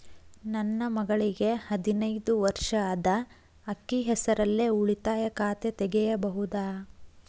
ನನ್ನ ಮಗಳಿಗೆ ಹದಿನೈದು ವರ್ಷ ಅದ ಅಕ್ಕಿ ಹೆಸರಲ್ಲೇ ಉಳಿತಾಯ ಖಾತೆ ತೆಗೆಯಬಹುದಾ?